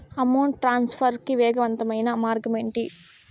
amount transfer కి వేగవంతమైన మార్గం ఏంటి